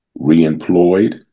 reemployed